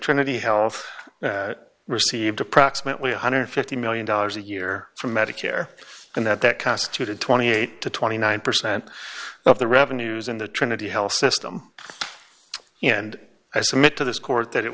trinity health received approximately one hundred and fifty million dollars a year from medicare and that that constituted twenty eight to twenty nine percent of the revenues in the trinity health system you know and i submit to this court that it